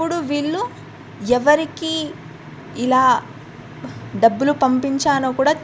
అప్పుడు వీళ్ళు ఎవరికి ఇలా డబ్బులు పంపించానో కూడా